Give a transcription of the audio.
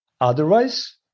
Otherwise